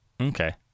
Okay